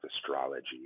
astrology